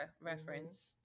reference